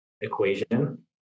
equation